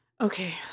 okay